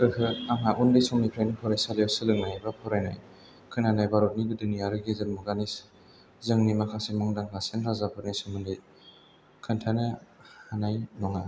गोख्रों आंहा उन्दै समनिफ्रायनो फरायसालियाव सोलोंनाय एबा फरायनाय खोनानाय भारतनि गोदोनि आरो गेजेर मुगानि जोंनि माखासे मुंदांखासिन राजाफोरनि सोमोन्दै खिन्थानो हानाय नङा